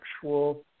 actual